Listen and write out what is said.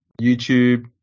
YouTube